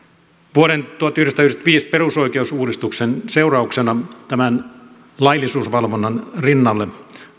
vuoden tuhatyhdeksänsataayhdeksänkymmentäviisi perusoikeusuudistuksen seurauksena tämän laillisuusvalvonnan rinnalle